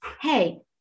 hey